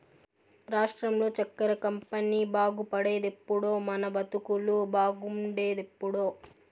రాష్ట్రంలో చక్కెర కంపెనీ బాగుపడేదెప్పుడో మన బతుకులు బాగుండేదెప్పుడో